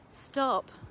Stop